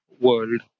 world